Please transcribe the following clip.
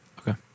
Okay